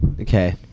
okay